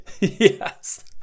Yes